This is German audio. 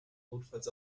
notfalls